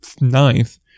ninth